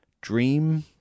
dream